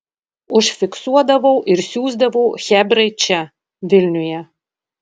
užfiksuodavau ir siųsdavau chebrai čia vilniuje